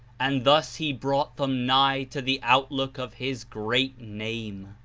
and thus he brought them nigh to the outlook of his great name.